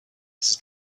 his